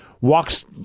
walks